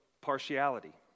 partiality